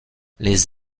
les